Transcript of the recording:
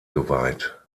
geweiht